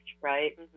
right